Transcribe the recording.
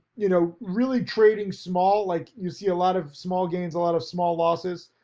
you know, really trading small like you see a lot of small gains, a lot of small losses.